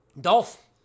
Dolph